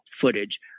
footage